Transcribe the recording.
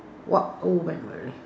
what old memory